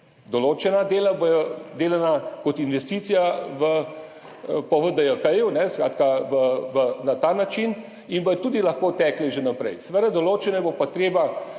določena dela bodo delana kot investicija po VDJK, na ta način, in bodo tudi lahko tekla že naprej. Seveda, določena bo pa treba